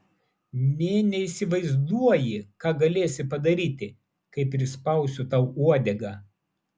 nė neįsivaizduoji ką galėsi padaryti kai prispausiu tau uodegą